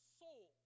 soul